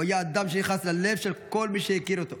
הוא היה אדם שנכנס ללב של כל מי שהכיר אותו.